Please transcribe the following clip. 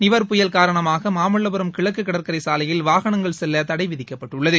நிவர் புயல் காரணமாக மாமல்லபுரம் கிழக்கு கடற்கரை சாலையில் வாகனங்கள் செல்ல தடை விதிக்கப்பட்டுள்ளது